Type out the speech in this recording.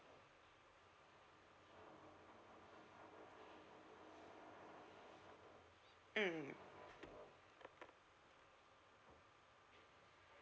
mm